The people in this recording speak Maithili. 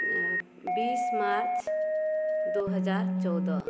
बीस मार्च दू हजार चौदह